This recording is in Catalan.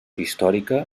històrica